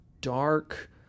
dark